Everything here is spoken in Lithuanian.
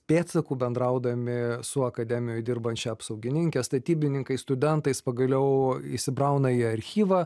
pėdsakų bendraudami su akademijoj dirbančia apsaugininke statybininkai studentais pagaliau įsibrauna į archyvą